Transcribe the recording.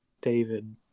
David